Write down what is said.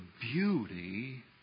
beauty